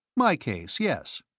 my case, yes.